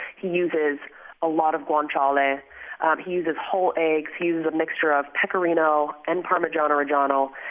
he uses a lot of guanciale he uses whole eggs he uses a mixture of pecorino and parmigiano-reggiano.